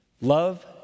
love